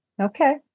Okay